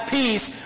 peace